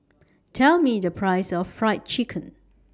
Tell Me The Price of Fried Chicken